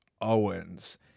Owens